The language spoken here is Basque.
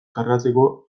kargatzeko